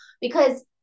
because-